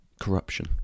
corruption